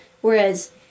Whereas